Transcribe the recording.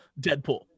Deadpool